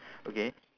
okay